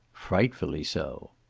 frightfully so.